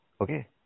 Okay